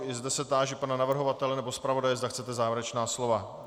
I zde se táži pana navrhovatele nebo zpravodaje, zda chcete závěrečná slova.